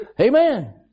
Amen